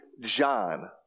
John